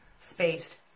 spaced